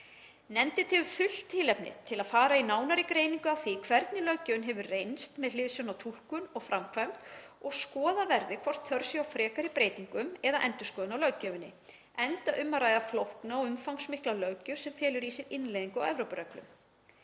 Nefndin telur fullt tilefni til að fara í nánari greiningu á því hvernig löggjöfin hefur reynst með hliðsjón af túlkun og framkvæmd og skoðað verði hvort þörf sé á frekari breytingum eða endurskoðun á löggjöfinni, enda um að ræða flókna og umfangsmikla löggjöf sem felur í sér innleiðingu á Evrópureglum.